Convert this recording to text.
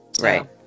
right